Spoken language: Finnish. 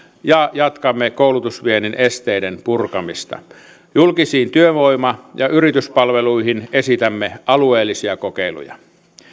ja jatkamme koulutusviennin esteiden purkamista julkisiin työvoima ja yrityspalveluihin esitämme alueellisia kokeiluja